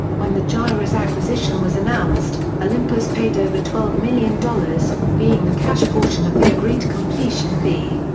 when the gyrus acquisition was announced, olympus paid over twelve million dollars, being the cash portion of the agreed completion fee.